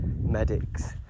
medics